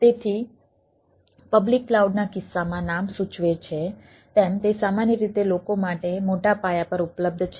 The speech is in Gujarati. તેથી પબ્લિક ક્લાઉડના કિસ્સામાં નામ સૂચવે છે તેમ તે સામાન્ય રીતે લોકો માટે મોટા પાયા પર ઉપલબ્ધ છે